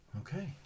Okay